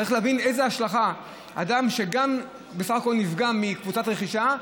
צריך להבין איזו השלכה: אדם שבסך הכול נפגע מקבוצת רכישה,